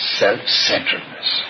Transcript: self-centeredness